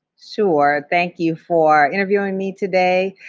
sure. thank you for interviewing me today.